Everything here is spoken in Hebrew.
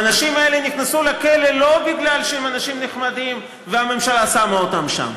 האנשים האלה נכנסו לכלא לא בגלל שהם אנשים נחמדים והממשלה שמה אותם שם,